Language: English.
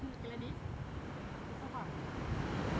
okay like this it's so hot